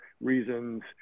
reasons